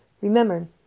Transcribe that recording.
Remember